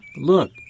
Look